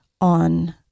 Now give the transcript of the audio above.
on